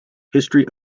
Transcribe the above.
history